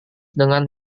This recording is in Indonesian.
dengan